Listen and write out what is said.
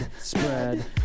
spread